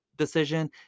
decision